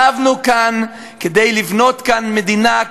שבנו לכאן כדי לבנות כאן מדינה,